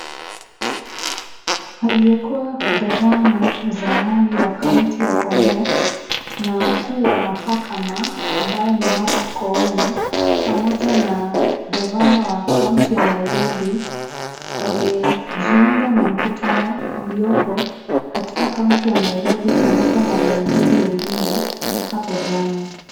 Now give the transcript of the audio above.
Aliyekuwa gavana wa zamani wa county ya Bomet na mkuu wa mahakama ambaye ni Martha Koome pamoja na gavana wa county ya Nairobi wamejiunga na mkutano ulioko katika county ya Nairobi na viongozi wengine hapo jana.